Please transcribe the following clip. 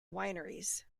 wineries